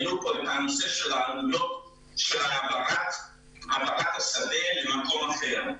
העלו כאן את הנושא של העבודות להעברת השדה למקום אחר.